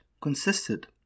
consisted